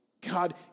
God